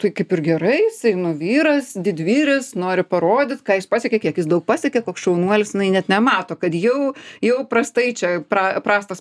tai kaip ir gerai jisai nu vyras didvyris nori parodyt ką jis pasiekė kiek jis daug pasiekė koks šaunuolis jinai net nemato kad jau jau prastai čia pra prastas